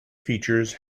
features